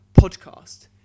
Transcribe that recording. podcast